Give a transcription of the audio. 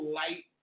light